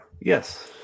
yes